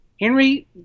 Henry